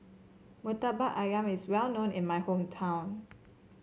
murtabak ayam is well known in my hometown